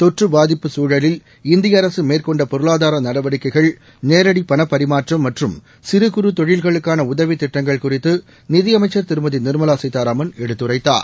தொற்றுபாதிப்புசூழலில் இந்திய அரசுமேற்கொண்ட பொருளாதாரநடவடிக்கைகள் நேரடிப்பணபரிமாற்றம்மற்றும்சிறுகுறுதொழில்களுக் கானஉதவித்திட்டங்கள்குறித்துநிதியமைச்சர்திருமதிநிர் மலாசீதாராமன்எடுத்துரைத்தார்